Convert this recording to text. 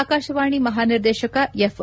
ಆಕಾಶವಾಣಿ ಮಹಾ ನಿರ್ದೇಶಕ ಎಫ್